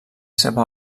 seva